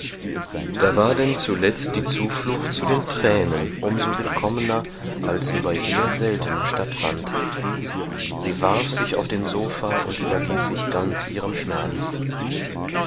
da war denn zuletzt die zuflucht zu den tränen um so willkommner als sie bei ihr selten stattfand sie warf sich auf den sofa und überließ sich ganz ihrem schmerz